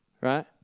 right